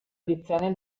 edizioni